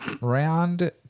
Round